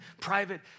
private